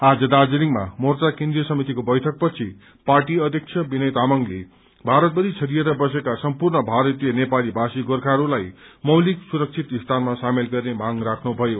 आज दार्जीलिङमा मोर्चा केन्द्रीय समितिको बैठक पछि पार्टी अध्यक्ष विनय तामाङले भारतभरि छरिएर बसेका सम्पूर्ण भारतीय नेपाली भाषी गोर्खाहरूलाई मौलिक सुरक्षित स्थानमा शामेल गर्ने मांग राख्नु भयो